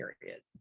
period